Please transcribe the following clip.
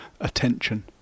attention